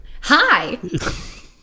Hi